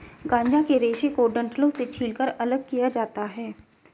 गांजा के रेशे को डंठलों से छीलकर अलग किया जाता है